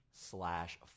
slash